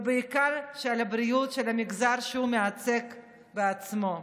ובעיקר מהבריאות של המגזר שהוא מייצג בעצמו,